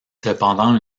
cependant